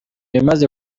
ibimaze